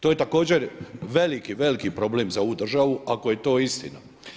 To je također veliki, veliki problem za ovu državu ako je to istina.